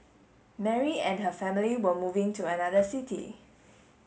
Mary and her family were moving to another city